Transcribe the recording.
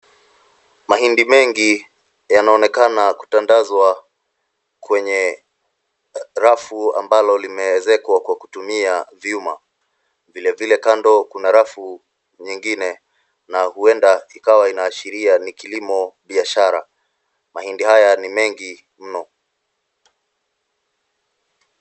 Mahindi mengi yanaonekana kutandazwa kwenye rafu ambalo limeezekwa kwa kutumia vyuma, vile vile kando kuna rafu nyingine na huenda ikawa inashiria ni kilimo biashara mahindi haya ni mengi mno.